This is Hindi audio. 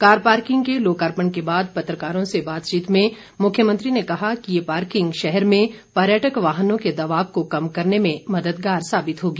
कार पार्किंग के लोकार्पण के बाद पत्रकारों से बातचीत में मुख्यमंत्री ने कहा कि ये पार्किंग शहर में पर्यटक वाहनों के दबाव को कम करने में मददगार साबित होगी